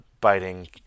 biting